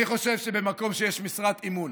אני חושב שבמקום שיש משרת אמון